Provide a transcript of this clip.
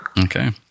Okay